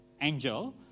angel